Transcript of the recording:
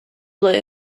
blue